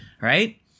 Right